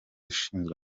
ushinzwe